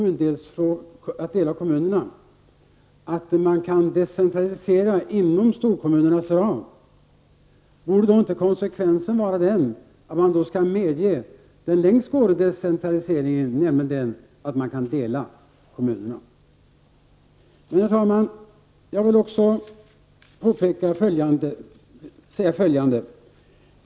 Ulla Pettersson att man kan decentralisera inom storkommunernas ram. Borde konsekvensen då inte vara att man medger den längstgående decentraliseringen, nämligen att man kan dela kommunerna? Herr talman!